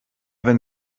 wenn